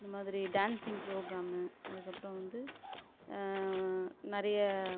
இந்த மாதிரி dancing programme அதுக்கு அப்புறம் வந்து நிறைய